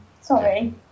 Sorry